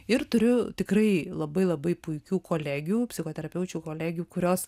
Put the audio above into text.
ir turiu tikrai labai labai puikių kolegių psichoterapeučių kolegių kurios